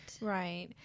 Right